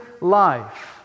life